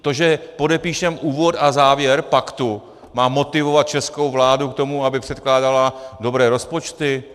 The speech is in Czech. To, že podepíšeme úvod a závěr paktu, má motivovat českou vládu k tomu, aby předkládala dobré rozpočty?